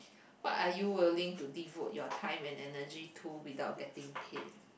what are you willing to devote your time and energy to without getting paid